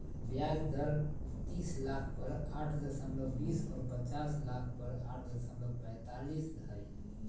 ब्याज दर तीस लाख पर आठ दशमलब बीस और पचास लाख पर आठ दशमलब पैतालीस हइ